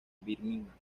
birmingham